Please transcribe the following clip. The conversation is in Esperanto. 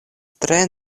tre